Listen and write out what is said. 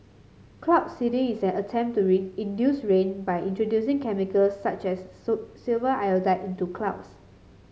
cloud seeding is an attempt to induce rain by introducing chemicals such as silver iodide into clouds